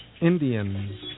Indians